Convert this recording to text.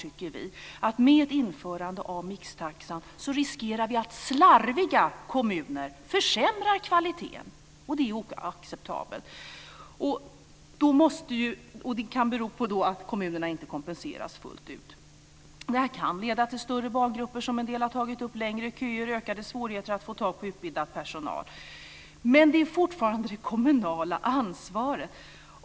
Med ett införande av mixtaxan riskerar vi att slarviga kommuner försämrar kvaliteten, och det är oacceptabelt. Det kan bero på att kommunerna inte kompenseras fullt ut. Detta kan leda till större barngrupper, som en del har tagit upp, längre köer och ökade svårigheter att få tag i utbildad personal. Men det är fortfarande ett kommunalt ansvar.